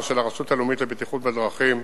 של הרשות הלאומית לבטיחות בדרכים,